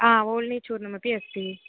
आ ओल्नि चूर्नमपि अस्ति